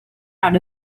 out